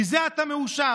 מזה אתה מאושר?